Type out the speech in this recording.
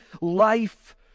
life